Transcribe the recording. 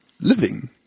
living